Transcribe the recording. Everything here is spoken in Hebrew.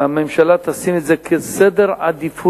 והממשלה לא תשים את זה ראשון בסדר העדיפויות,